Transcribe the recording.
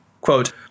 Quote